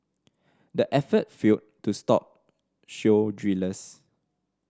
the effort failed to stop shale drillers